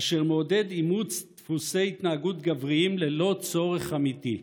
אשר מודד אימוץ דפוסי התנהגות גבריים ללא צורך אמיתי.